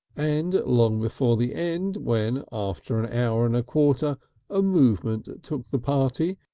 and long before the end, when after an hour and a quarter a movement took the party,